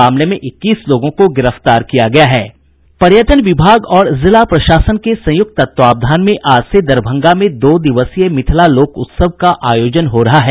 मामले में इक्कीस लोगों को गिरफ्तार किया गया है पर्यटन विभाग और जिला प्रशासन के संयुक्त तत्वाधान में आज से दरभंगा में दो दिवसीय मिथिला लोक उत्सव का आयोजन हो रहा है